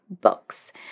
books